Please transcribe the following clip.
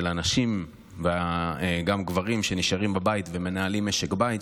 הנשים והגברים שנשארים בבית ומנהלים משק בית,